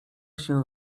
się